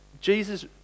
Jesus